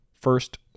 first